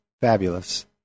fabulous